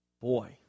Boy